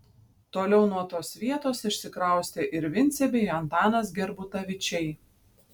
toliau nuo tos vietos išsikraustė ir vincė bei antanas gerbutavičiai